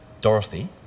Dorothy